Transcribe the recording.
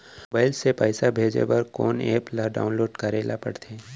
Mobile से पइसा भेजे बर कोन एप ल डाऊनलोड करे ला पड़थे?